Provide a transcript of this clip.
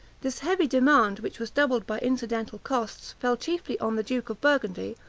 this heavy demand, which was doubled by incidental costs, fell chiefly on the duke of burgundy,